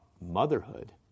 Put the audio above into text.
motherhood